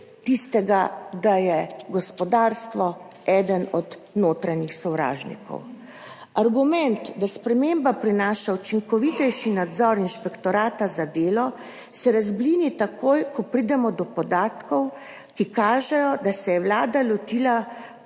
tistega, da je gospodarstvo eden od notranjih sovražnikov. Argument, da sprememba prinaša učinkovitejši nadzor Inšpektorata za delo, se razblini takoj, ko pridemo do podatkov, ki kažejo, da se je vlada lotila problema